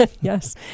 yes